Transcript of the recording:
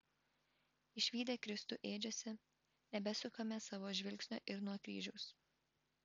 išvydę kristų ėdžiose nebesukame savo žvilgsnio ir nuo kryžiaus